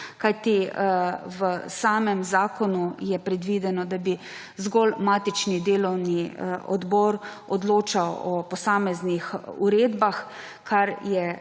kajti v samem zakonu je predvideno, da bi zgolj matično delovno telo odločalo o posameznih uredbah, kar je